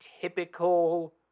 typical